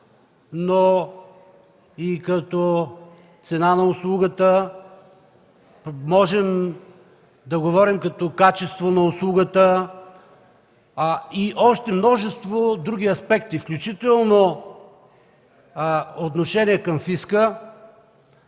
но и като цена на услугата. Можем да говорим като качество на услугата и в още множество други аспекти, включително отношение към фиска,